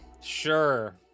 Sure